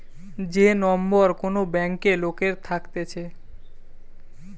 যে নম্বর কোন ব্যাংকে লোকের থাকতেছে